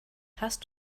hast